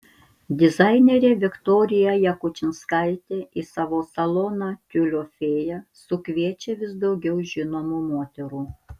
dizainerė viktorija jakučinskaitė į savo saloną tiulio fėja sukviečia vis daugiau žinomų moterų